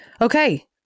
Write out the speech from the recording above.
Okay